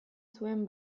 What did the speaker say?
zuen